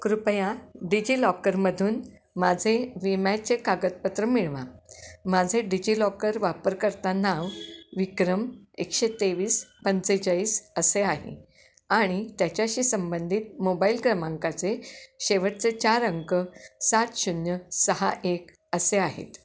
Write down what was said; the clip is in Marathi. कृपया डिजिलॉकरमधून माझे विम्याचे कागदपत्र मिळवा माझे डिजिलॉकर वापरकर्ता नाव विक्रम एकशे तेवीस पंचेचाळीस असे आहे आणि त्याच्याशी संबंधित मोबाईल क्रमांकाचे शेवटचे चार अंक सात शून्य सहा एक असे आहेत